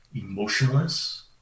emotionless